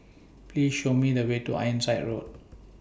Please Show Me The Way to Ironside Road